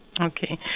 Okay